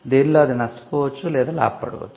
దీనిలో అది నష్టపోవచ్చు లేదా లాభ పడవచ్చు